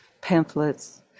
pamphlets